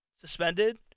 suspended